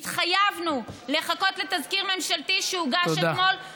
התחייבנו לחכות לתזכיר ממשלתי, שהוגש אתמול, תודה.